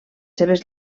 seves